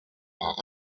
are